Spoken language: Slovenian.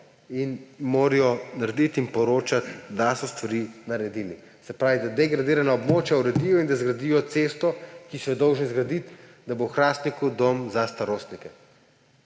ter morajo narediti in poročati, da so stvari naredili, se pravi da degradirana območja uredijo in da zgradijo cesto, ki so jo dolžni zgraditi, da bo v Hrastniku dom za starostnike.